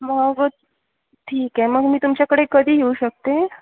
मग ठीक आहे मग मी तुमच्याकडे कधी येऊ शकते